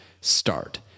start